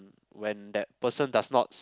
when that person does not